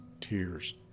tears